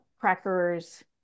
crackers